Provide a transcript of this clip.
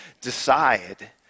decide